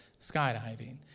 skydiving